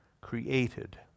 created